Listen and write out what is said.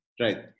Right